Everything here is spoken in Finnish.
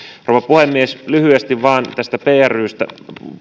rouva puhemies lyhyesti vain tästä prystä